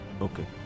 Okay